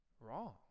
Wrong